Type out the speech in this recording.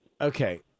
okay